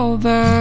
Over